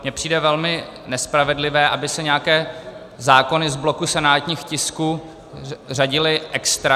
Mně přijde velmi nespravedlivé, aby se nějaké zákony z bloku senátních tisků řadily extra.